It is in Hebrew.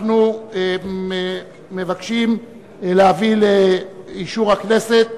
אנחנו מבקשים להביא לאישור הכנסת את